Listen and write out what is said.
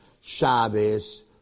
Shabbos